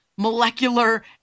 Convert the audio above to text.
molecular